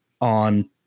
on